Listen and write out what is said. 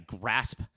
grasp